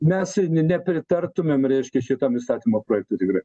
mes nepritartumėme reiškia šitam įstatymo projektui